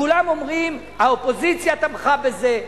כולם אומרים: האופוזיציה תמכה בזה,